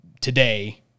today